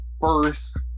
first